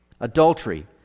adultery